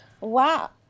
Wow